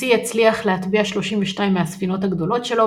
הצי הצליח להטביע 32 מהספינות הגדולות שלו,